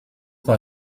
mal